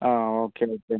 ആ okay okay